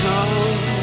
Come